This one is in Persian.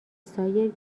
سایر